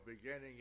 beginning